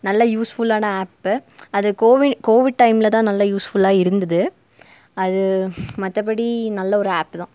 நல்லா யூஸ்ஃபுல்லான ஆப்பு அது கோவின் கோவிட் டைமில் தான் நல்லா யூஸ்ஃபுல்லாக இருந்தது அது மற்றபடி நல்ல ஒரு ஆப்பு தான்